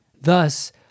Thus